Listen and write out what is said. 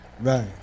Right